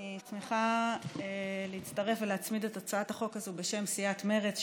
אני שמחה להצטרף ולהצמיד בשם סיעת מרצ את הצעת החוק הזאת,